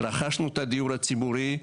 רכשנו את הדיור הציבורי,